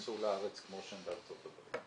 כאבים לא ייכנסו לארץ כמו שהם בארצות הברית.